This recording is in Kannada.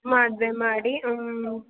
ಮದುವೆ ಮಾಡಿ ಹ್ಞೂ